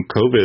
COVID